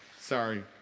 sorry